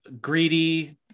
greedy